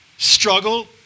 Struggle